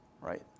right